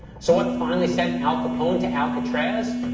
so what finally sent al capone to alcatraz?